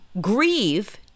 grieve